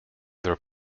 their